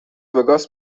وگاس